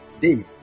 Dave